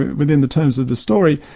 within the terms of the story,